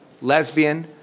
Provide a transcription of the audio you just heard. lesbian